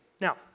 Now